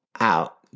out